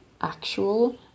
actual